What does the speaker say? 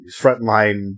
frontline